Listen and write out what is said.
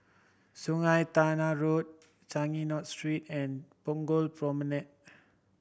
Sungei Tengah Road Changi North Street and Punggol Promenade